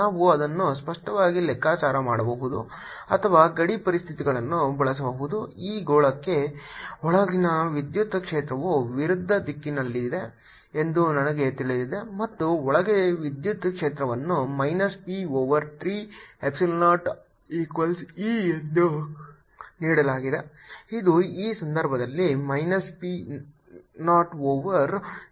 ನಾನು ಅದನ್ನು ಸ್ಪಷ್ಟವಾಗಿ ಲೆಕ್ಕಾಚಾರ ಮಾಡಬಹುದು ಅಥವಾ ಗಡಿ ಪರಿಸ್ಥಿತಿಗಳನ್ನು ಬಳಸಬಹುದು ಈ ಗೋಳಕ್ಕೆ ಒಳಗಿನ ವಿದ್ಯುತ್ ಕ್ಷೇತ್ರವು ವಿರುದ್ಧ ದಿಕ್ಕಿನಲ್ಲಿದೆ ಎಂದು ನನಗೆ ತಿಳಿದಿದೆ ಮತ್ತು ಒಳಗೆ ವಿದ್ಯುತ್ ಕ್ಷೇತ್ರವನ್ನು minus p over 3 epsilon 0 equals E ಎಂದು ನೀಡಲಾಗಿದೆ ಇದು ಈ ಸಂದರ್ಭದಲ್ಲಿ minus p 0 over 3 epsilon 0 z